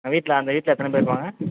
வீட்டில் அந்த வீட்டில் எத்தனை பேர் இருப்பாங்க